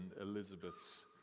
Elizabeth's